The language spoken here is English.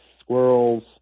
squirrels